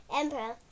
emperor